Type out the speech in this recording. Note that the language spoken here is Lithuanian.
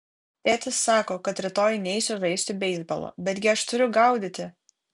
tėtis sako kad rytoj neisiu žaisti beisbolo betgi aš turiu gaudyti